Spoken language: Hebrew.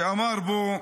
שאמר בו: